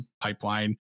pipeline